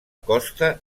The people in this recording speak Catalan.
costa